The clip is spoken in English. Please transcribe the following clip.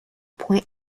point